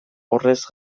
horrez